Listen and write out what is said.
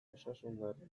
osasungarria